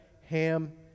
Ham